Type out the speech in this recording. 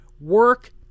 Work